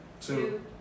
two